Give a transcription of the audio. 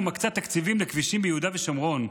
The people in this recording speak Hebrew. מקצה תקציבים לכבישים ביהודה ושומרון.